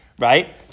Right